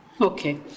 okay